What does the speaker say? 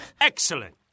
Excellent